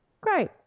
Great